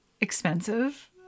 expensive